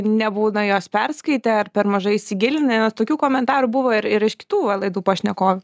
nebūna jos perskaitę ar per mažai įsigilinę tokių komentarų buvo ir ir iš kitų laidų pašnekov